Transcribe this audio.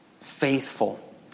faithful